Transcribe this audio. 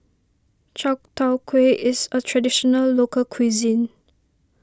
Chai Tow Kuay is a Traditional Local Cuisine